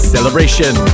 Celebration